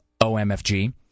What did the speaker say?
OMFG